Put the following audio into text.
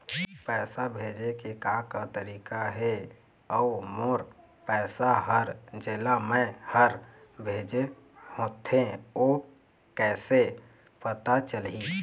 पैसा भेजे के का का तरीका हे अऊ मोर पैसा हर जेला मैं हर भेजे होथे ओ कैसे पता चलही?